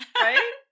Right